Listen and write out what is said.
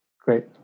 Great